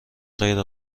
غیر